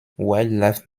wildlife